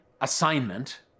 assignment